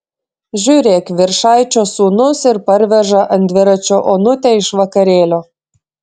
žiūrėk viršaičio sūnus ir parveža ant dviračio onutę iš vakarėlio